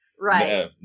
Right